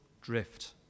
drift